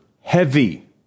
heavy